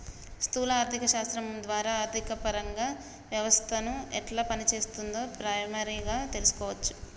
స్థూల ఆర్థిక శాస్త్రం ద్వారా ఆర్థికపరంగా వ్యవస్థను ఎట్లా పనిచేత్తుందో ప్రైమరీగా తెల్సుకోవచ్చును